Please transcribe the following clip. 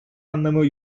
anlamı